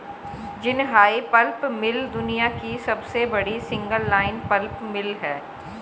Jinhai pulp mill दुनिया की सबसे बड़ी सिंगल लाइन पल्प मिल है